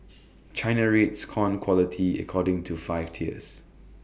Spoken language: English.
China rates corn quality according to five tiers